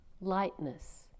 lightness